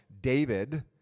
David